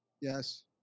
Yes